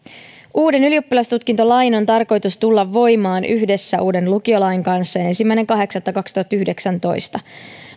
uuden ylioppilastutkintolain on tarkoitus tulla voimaan yhdessä uuden lukiolain kanssa ensimmäinen kahdeksatta kaksituhattayhdeksäntoista